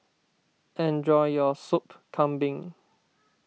enjoy your Sup Kambing